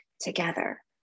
together